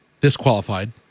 Disqualified